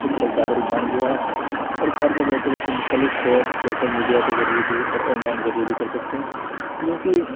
کی طرف زیادہ رجحان گیا ہے اور گھر میں بیٹھے بیٹھے مختلف کورس سوشل میڈیا کے ذریعے بھی اور آن لائن کے ذریعے بھی کر سکتے ہیں جوکہ